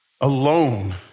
Alone